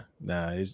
nah